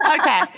okay